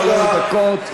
שלוש דקות.